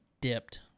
dipped